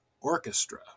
Orchestra